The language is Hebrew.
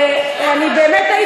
ואני באמת הייתי,